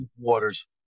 Waters